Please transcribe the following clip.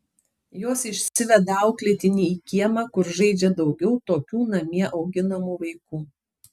jos išsiveda auklėtinį į kiemą kur žaidžia daugiau tokių namie auginamų vaikų